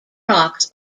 rocks